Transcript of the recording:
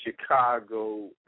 Chicago